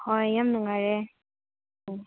ꯍꯣꯏ ꯌꯥꯝ ꯅꯨꯡꯉꯥꯏꯔꯦ ꯎꯝ